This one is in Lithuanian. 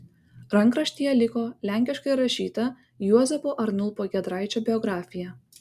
rankraštyje liko lenkiškai rašyta juozapo arnulpo giedraičio biografija